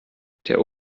der